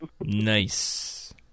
Nice